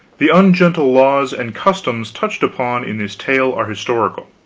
the ungentle laws and customs touched upon in this tale are historical,